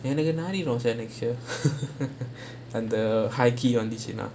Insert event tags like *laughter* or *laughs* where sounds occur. எனக்கு நானே:ennakku naanae know next year *laughs* and the high key வந்துச்சின்னா:vanthuchchinaa